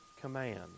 command